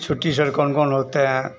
छुट्टी सर कौन कौन होते हैं